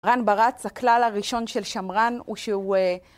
רן ברץ, הכלל הראשון של שמרן, הוא שהוא...